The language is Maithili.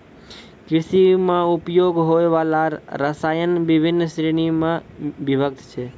कृषि म उपयोग होय वाला रसायन बिभिन्न श्रेणी म विभक्त छै